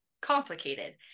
complicated